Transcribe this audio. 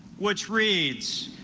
which reads